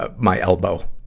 ah my elbow.